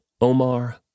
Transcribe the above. Omar